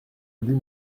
lui